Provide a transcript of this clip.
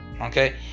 okay